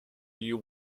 you